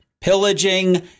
pillaging